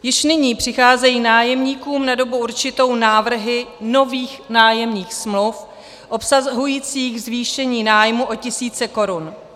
Již nyní přicházejí nájemníkům na dobu určitou návrhy nových nájemních smluv obsahujících zvýšení nájmu o tisíce korun.